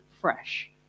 fresh